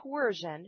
coercion